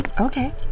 Okay